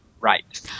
Right